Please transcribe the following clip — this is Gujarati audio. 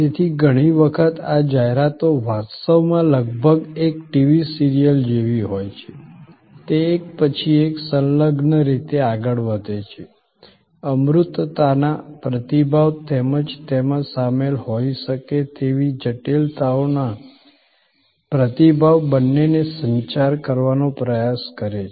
તેથી ઘણી વખત આ જાહેરાતો વાસ્તવમાં લગભગ એક ટીવી સિરિયલ જેવી હોય છે તે એક પછી એક સંલગ્ન રીતે આગળ વધે છે અમૂર્તતાના પ્રતિભાવ તેમજ તેમાં સામેલ હોઈ શકે તેવી જટિલતાઓના પ્રતિભાવ બંનેને સંચાર કરવાનો પ્રયાસ કરે છે